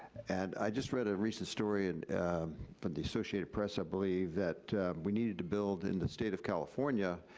and i just read a recent story from and but the associated press i believe that we needed to build, in the state of california,